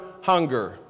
hunger